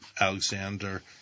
Alexander